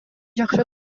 жакшы